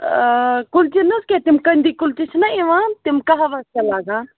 آ کُلچہِ نہَ حظ کیٚنٛہہ تِم کٔنٛدی کُلچہِ چھِ نا یِوان تِم قہوَس چھِ لگان